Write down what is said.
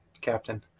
captain